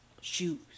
shoes